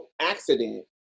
accident